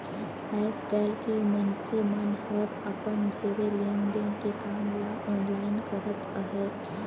आएस काएल के मइनसे मन हर अपन ढेरे लेन देन के काम ल आनलाईन करत अहें